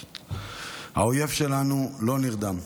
האויב שלנו לא נרדם,